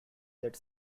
that